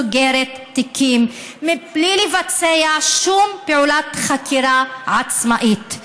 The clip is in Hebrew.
סוגרת תיקים בלי לבצע שום פעולת חקירה עצמאית.